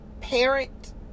parent